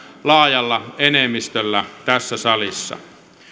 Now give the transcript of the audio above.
laajalla enemmistöllä tässä salissa